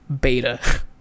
beta